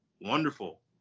wonderful